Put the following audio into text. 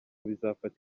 bizafata